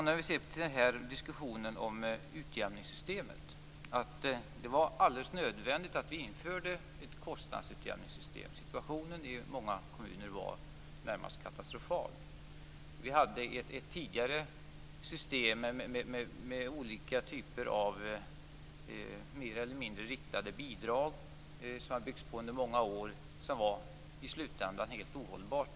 När det gäller diskussionen om utjämningssystemet vill jag också säga att det var alldeles nödvändigt att vi införde ett kostnadsutjämningssystem. Situationen i många kommuner var närmast katastrofal. Vi hade ett tidigare system med olika typer av mer eller mindre riktade bidrag, som hade byggts på under många år och som i slutändan var helt ohållbart.